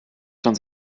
schon